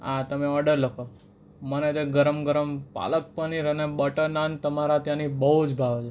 આ તમે ઑડર લખો મને તો એક ગરમ ગરમ પાલક પનીર અને બટર નાન તમારા ત્યાંની બહુ જ ભાવે છે